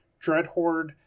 Dreadhorde